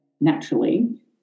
naturally